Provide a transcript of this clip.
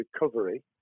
recovery